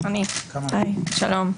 היי, שלום.